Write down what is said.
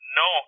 no